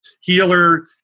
healer